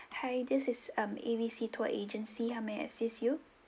hi this is um A B C tour agency how may I assist you